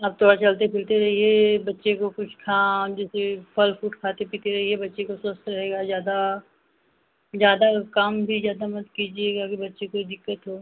आप थोड़ा चलते फिरते रहिए बच्चे को कुछ जैसे फल फ्रूट खाते पीते रहिए बच्चे को स्वस्थ रहेगा ज़्यादा ज़्यादा काम भी जादा मत कीजिएगा कि बच्चे कोई दिक्कत हो